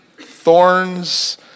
thorns